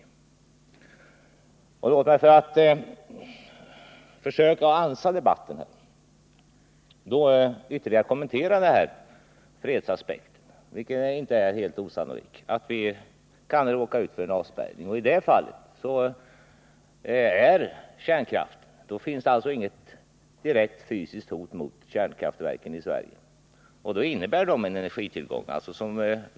Låt mig för att försöka ansa debatten här ytterligare kommentera fredsaspekten. Det är inte helt osannolikt att vi kan råka ut för en avspärrning. I det fallet är kärnkraften bra att ha. Det finns inget direkt hot mot kärnkraftverken i Sverige, och de innebär då en energitillgång.